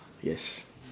yes